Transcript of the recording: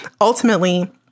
Ultimately